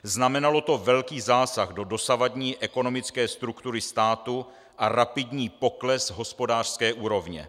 Znamenalo to velký zásah do dosavadní ekonomické struktury státu a rapidní pokles hospodářské úrovně.